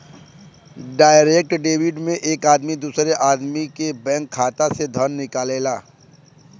direct debit में एक आदमी दूसरे आदमी के बैंक खाता से धन निकालला